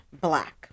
Black